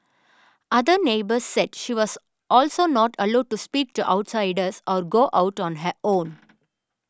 other neighbours said she was also not allowed to speak to outsiders or go out on her own